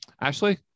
Ashley